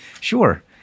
Sure